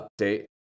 update